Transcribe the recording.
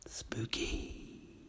Spooky